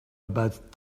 about